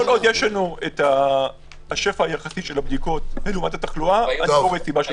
כל עוד יש לנו השפע היחסי של הבדיקות ורמת התחלואה לא רואה סיבה שלא.